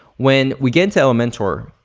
when we get into elementor,